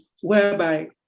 whereby